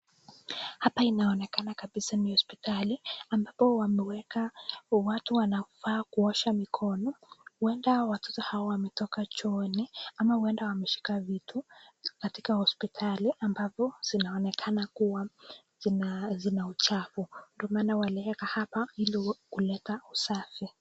Hapa inaonekana kabisa ni hospitali, ambapo wamewekwa, watu wanafaa kuosha mikono. Huenda watoto hawa wametoka chooni, ama huenda wameshika vitu katika hospitali ambavyo zinaonekana kuwa zina uchafu, ndio maana walieka hapa ili kuleta usafi.